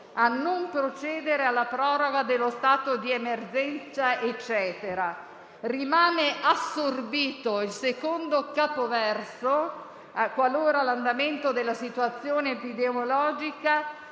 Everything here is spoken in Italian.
«a non procedere alla proroga dello stato di emergenza», eccetera. Rimane assorbito il secondo capoverso, da «qualora l'andamento della situazione epidemiologica»